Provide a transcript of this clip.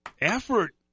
effort